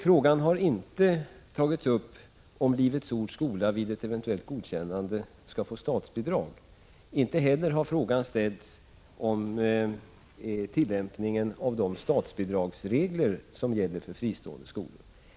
Frågan har inte tagits upp om huruvida Livets ords skola vid ett eventuellt godkännande skall få statsbidrag. Inte heller har någon fråga framställts beträffande tillämpningen av de statsbidragsregler som gäller för fristående skolor.